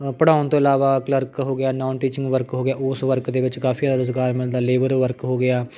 ਪੜ੍ਹਾਉਣ ਤੋਂ ਇਲਾਵਾ ਕਲਰਕ ਹੋ ਗਿਆ ਨੌਨ ਟੀਚਿੰਗ ਵਰਕ ਹੋ ਗਿਆ ਉਸ ਵਰਕ ਦੇ ਵਿੱਚ ਕਾਫੀ ਜ਼ਿਆਦਾ ਰੁਜ਼ਗਾਰ ਮਿਲਦਾ ਲੇਬਰ ਵਰਕ ਹੋ ਗਿਆ